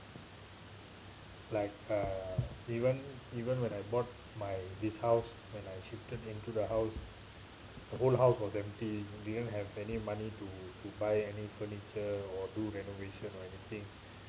like uh even even when I bought my this house when I shifted into the house the whole house was empty didn't have any money to to buy any furniture or do renovation or anything